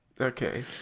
Okay